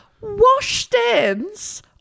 washstands